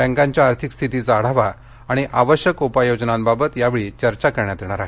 बँकांच्या आर्थिक स्थितीचा आढावा आणि आवश्यक उपाययोजनांबाबत यावेळी चर्चा करण्यात येणार आहे